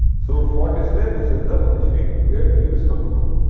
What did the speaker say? so, for disney this is the positioning where dreams come true.